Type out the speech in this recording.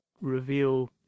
reveal